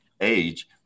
age